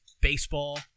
Baseball